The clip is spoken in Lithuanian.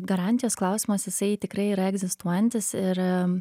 garantijos klausimas jisai tikrai yra egzistuojantis ir